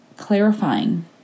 clarifying